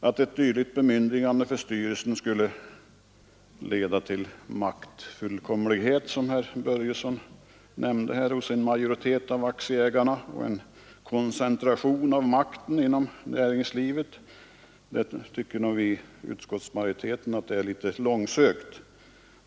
Att ett sådant bemyndigande för styrelsen skulle leda till maktfullkomlighet hos en majoritet av aktieägarna och till en koncentration av makten inom näringslivet — som herr Börjesson sade — tycker vi som tillhör utskottsmajoriteten är litet långsökt.